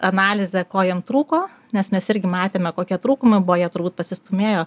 analizę ko jiem trūko nes mes irgi matėme kokie trūkumai buvo jie turbūt pasistūmėjo